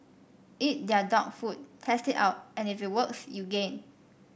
eat their dog food test it out and if it works you gain